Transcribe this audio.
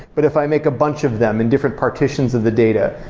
but if i make a bunch of them in different partitions of the data,